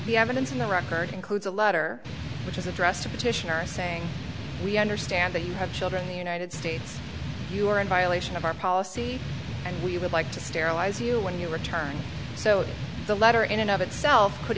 the evidence in the record includes a letter which is addressed to petitioner saying we understand that you have children in the united states you are in violation of our policy and we would like to sterilize you when you return so the letter in and of itself could